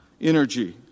energy